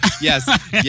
yes